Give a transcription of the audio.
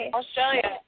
Australia